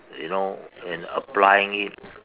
you know and applying it